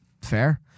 Fair